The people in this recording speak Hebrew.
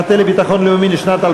מטה לביטחון לאומי (מטה לביטחון לאומי,